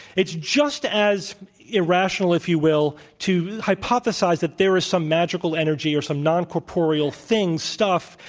it's just as irrational, if you will, to hypothesize that there is some magical energy or some non-corporeal thing, stuff,